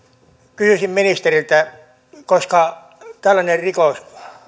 kysyisin ministeriltä koska tällainen rikos